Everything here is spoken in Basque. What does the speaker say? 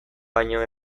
baino